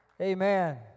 Amen